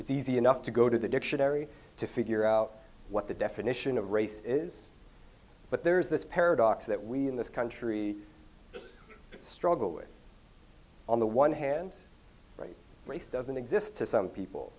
it's easy enough to go to the dictionary to figure out what the definition of race is but there's this paradox that we in this country struggle with on the one hand right race doesn't exist to some people